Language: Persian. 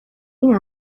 این